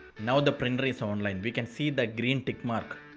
now the printer is online. we can see the green tick mark.